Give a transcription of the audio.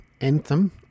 Anthem